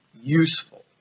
useful